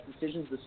decisions